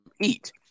eat